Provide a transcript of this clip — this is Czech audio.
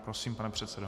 Prosím, pane předsedo.